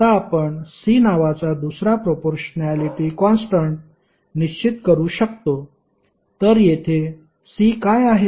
आता आपण C नावाचा दुसरा प्रपोर्शण्यालिटी कॉन्स्टन्ट निश्चित करू शकतो तर येथे C काय आहे